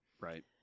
Right